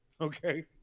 okay